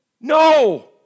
No